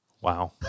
Wow